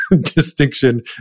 distinction